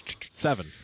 Seven